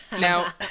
now